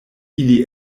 ili